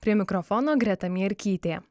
prie mikrofono greta mierkytė